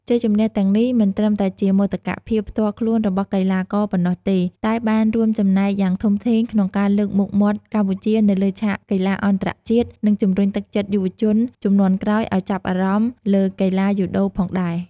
ជ័យជម្នះទាំងនេះមិនត្រឹមតែជាមោទកភាពផ្ទាល់ខ្លួនរបស់កីឡាករប៉ុណ្ណោះទេ តែបានរួមចំណែកយ៉ាងធំធេងក្នុងការលើកមុខមាត់កម្ពុជានៅលើឆាកកីឡាអន្តរជាតិ និងជំរុញទឹកចិត្តយុវជនជំនាន់ក្រោយឲ្យចាប់អារម្មណ៍លើកីឡាយូដូផងដែរ ។